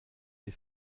les